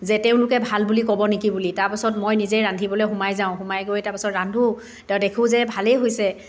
যে তেওঁলোকে ভাল বুলি ক'ব নেকি বুলি তাৰপাছত মই নিজে ৰান্ধিবলৈ সোমাই যাওঁ সোমাই গৈ তাৰপাছত ৰান্ধো তা দেখোঁ যে ভালেই হৈছে